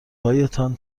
هایتان